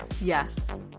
yes